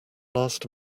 last